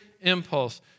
impulse